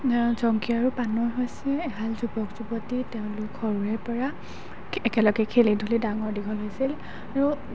জংকী আৰু পানৈ হৈছে এহাল যুৱক যুৱতী তেওঁলোক সৰুৰে পৰা একেলগে খেলি ধূলি ডাঙৰ দীঘল হৈছিল আৰু